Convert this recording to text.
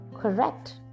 correct